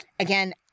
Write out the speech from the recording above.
Again